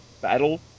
Battle